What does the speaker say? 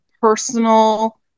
personal